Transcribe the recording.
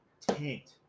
tanked